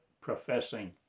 professing